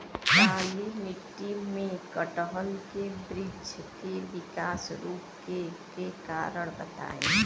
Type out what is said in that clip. काली मिट्टी में कटहल के बृच्छ के विकास रुके के कारण बताई?